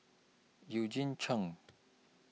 Eugene Chen